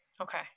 Okay